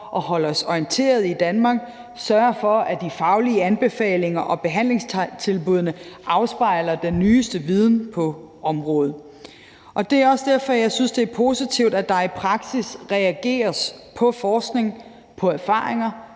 at holde os orienteret i Danmark og sørger for, at de faglige anbefalinger og behandlingstilbuddene afspejler den nyeste viden på området. Det er også derfor, jeg synes, at det er positivt, at der i praksis reageres på forskning og erfaringer,